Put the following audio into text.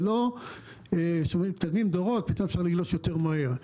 זה לא שמתקדמים בדורות אפשר לגלוש יותר מהר.